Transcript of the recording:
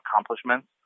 accomplishments